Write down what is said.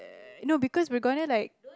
no because we're gonna like